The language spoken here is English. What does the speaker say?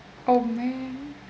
oh man